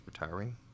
retiring